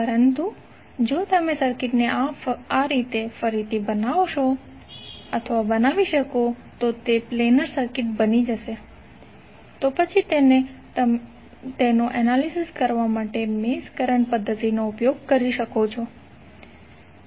પરંતુ જો તમે સર્કિટને આ રીતે ફરીથી બનાવી શકો તો તે પ્લેનર સર્કિટ બની શકે છે તો પછી તમે તેનું એનાલિસિસ કરવા માટે મેશ કરંટ પદ્ધતિનો ઉપયોગ કરી શકો છો